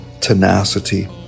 tenacity